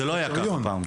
זה לא היה כך פעם.